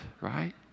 right